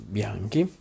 Bianchi